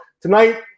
tonight